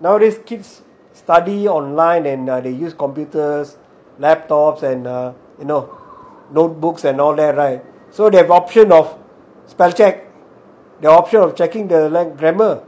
nowadays kids study online and they use computers laptops and ugh you know notebooks and all that right so they have option of spellcheck they have option of checking their grammar